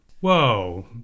Whoa